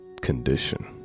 condition